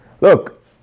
look